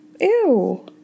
Ew